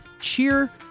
cheer